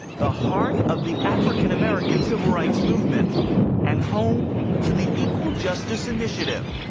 the heart of the african-american civil rights movement and home to the equal justice initiative,